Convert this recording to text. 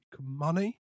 money